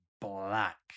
black